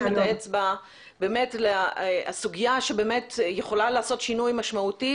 את האצבע באמת לסוגיה שיכולה לעשות שינוי משמעותי,